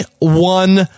one